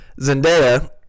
Zendaya